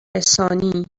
رسانی